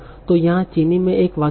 तो यहाँ चीनी में एक वाक्य है